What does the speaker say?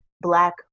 black